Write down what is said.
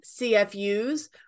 CFUs